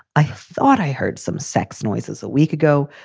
i thought i heard some sex noises a week ago,